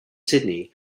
sydney